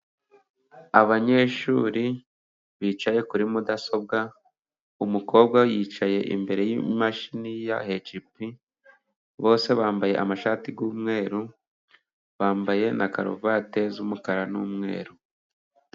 Abanyeshuri bicaye kuri mudasobwa， umukobwa yicaye imbere y’imashini ya hecipi， bose bambaye amashati y’umweru， bambaye na karuvati z’umukara n’umweru.